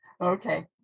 Okay